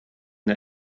der